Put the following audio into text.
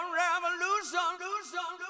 revolution